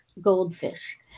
Goldfish